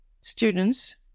students